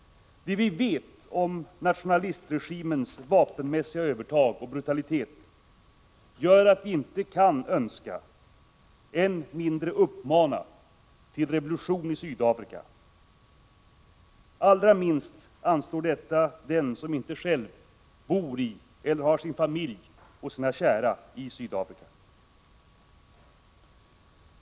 Det vi vet om nationalistregimens vapenmässiga övertag och brutalitet gör att vi inte kan önska — än mindre uppmana - till revolution i Sydafrika. Allra minst anstår detta den som inte själv bor i eller har sin familj och sina kära i Sydafrika.